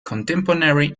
contemporary